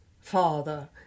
father